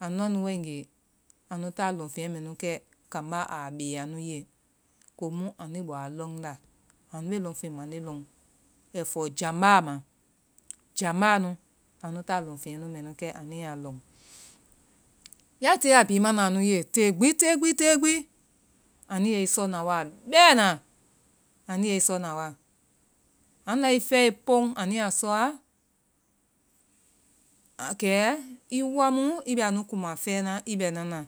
Anua nu waegee anu ta lɔnfeŋɛ mɛnu kɛ kambaa bee anu yee. komu anui bɔ a lɔnda, anu bee lɔnfeŋ mande lɔn. ai fɔɔ jambaa ma. Jambaa nu- anu ta lɔnfeŋɛ nu mɛnu kɛ anui yaa lɔn. ya tiyee a bihi mana anu ye teegbi, teegbi, teegbi, anui yɛi sɔna wa bɛɛna anu yɛi sɔna wa. anui fee pon anu yaa sɔa, a kɛɛ i wa mu i bɛ anu kuma fɛɛna, i bɛ nana,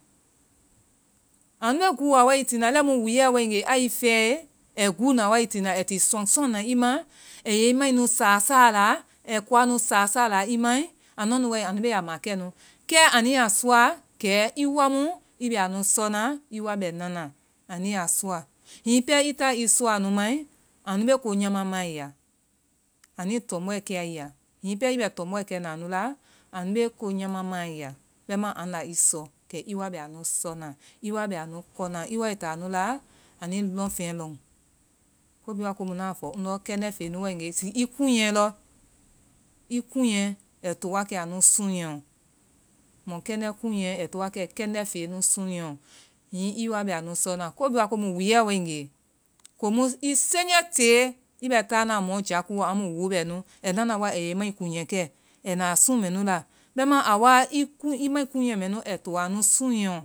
anu guuwa wae i tina lɛi mu wuuyuɛ wae, ai fɛɛe, ai guuna wa i tina ai sɔaŋ sɔaŋda i ma aiyɛ mai nu saa saa la, ai koaa nu saa saa la i mai, anua nu wae anu bee a ma kɛnu. kɛ anu yaa sɔa kɛ i wa mu i bɛ anu sɔna. i wa bɛ nana. anu yaa sɔa hihi pɛɛ i taa i sɔa anu mai, anu bee ko nyaama maaya, anui tɔmbɔɛ kɛa i la hihi pɛɛ i tɔmbɔɛ kɛna, anu la, anu bee ko nyaamaaya, bɛimaa anda i sɔkɛ i wa bɛ anu sɔna, i wa bɛ anu kɔna, i wa bɛ anu sɔna, anui lɔnfeŋɛ lɔn. Kobihi waa komu ŋnaa fɔ kɛndɛ feŋɛ nu waegee, i kuunŋɛ lɔ i kuunyɛɛ ai to wa kɛ anu sunŋɛ lɔ. mo kɛndɛ kuunyɛɛ to wa kɛ kɛndɛ feŋ nu sunŋɛ lɔ. hihi i wa bɛ anu sɔna ko bihi wa konu wuuyɛ waengee, komu i senje tee i bɛ kaana mɔ ja kuuwɔ, ama wuuyɛ bɛ ŋu ai nana wa aiyɛ i mai kuunƴɛ kɛ. ai naa sun mɛ nu la baimaa a woa i mai kuunyɛ mɛnu ai to anu sunŋɛ ɔ.